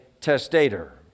testator